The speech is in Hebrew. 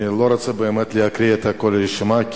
אני לא רוצה באמת להקריא את כל הרשימה.